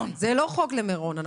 זה לא חוק למירון.